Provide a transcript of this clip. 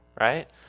right